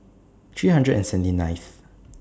three hundred and seventy ninth